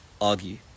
argue